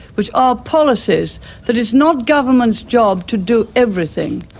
which are policies that it's not government's job to do everything,